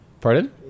Pardon